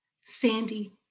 Sandy